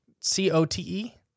C-O-T-E